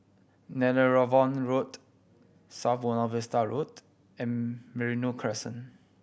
Netheravon Road South Buona Vista Road and Merino Crescent